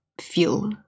feel